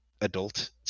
adult